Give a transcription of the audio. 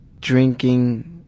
drinking